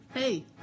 Hey